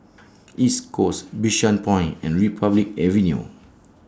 East Coast Bishan Point and Republic Avenue